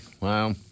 wow